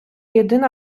єдина